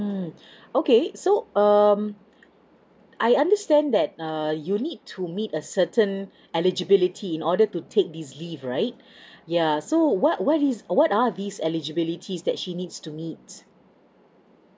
mm okay so um I understand that err you need to meet a certain eligibility in order to take this leave right yeah so what what is what are these eligibilities that she needs to meet